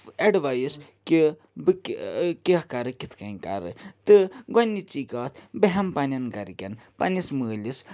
advice کہِ بہٕ کَرٕ کِتھ کٔنۍ کَرٕ تہٕ گۄڈنِچی کَتھ بہٕ ہٮ۪مہِ پنٛنٮ۪ن گرِکٮ۪ن پنٛنِس مٲلِس